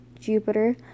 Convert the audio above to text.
Jupiter